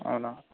అవునా